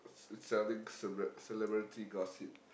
it it's selling cele~ celebrity gossip